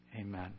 Amen